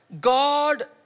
God